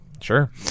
Sure